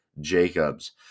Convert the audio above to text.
Jacobs